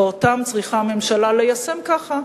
ואותם צריכה הממשלה ליישם ככה,